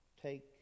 take